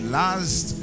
last